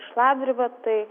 šlapdriba tai